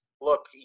look